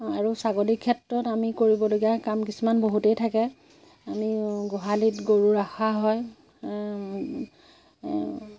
আৰু ছাগলীৰ ক্ষেত্ৰত আমি কৰিবলগীয়া কাম কিছুমান বহুতেই থাকে আমি গোহালিত গৰু ৰখা হয়